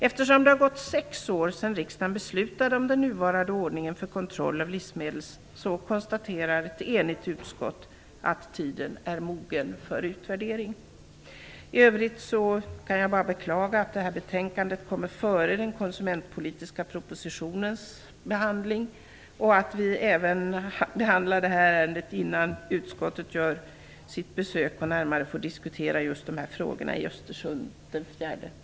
Eftersom det har gått sex år sedan riksdagen beslutade om den nuvarande ordningen för kontroll av livsmedel konstaterar ett enigt utskott att tiden är mogen för utvärdering. I övrigt kan jag bara beklaga att betänkandet kommer före den konsumentpolitiska propositionens behandling och att vi även behandlar ärendet innan utskottet gör sitt besök i Östersund den 4-5 maj och närmare får diskutera dessa frågor.